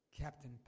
Captain